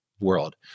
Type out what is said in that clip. world